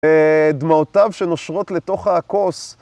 דמעותיו שנושרות לתוך הכוס.